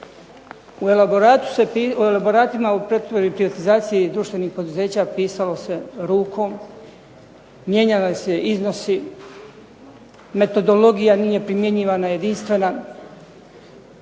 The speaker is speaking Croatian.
U elaboratima o pretvorbi i privatizaciji društvenih poduzeća pisalo se rukom, mijenjali su se iznosi, metodologija nije primjenjivana jedinstvena,